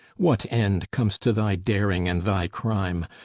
what end comes to thy daring and thy crime?